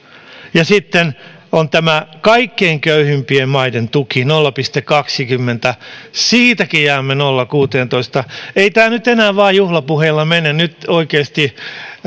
ja sitten on tämä kaikkein köyhimpien maiden tuki nolla pilkku kaksikymmentä siitäkin jäämme nolla pilkku kuuteentoista ei tämä enää nyt vain juhlapuheilla mene nyt oikeasti